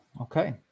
Okay